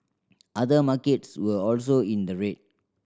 other markets were also in the red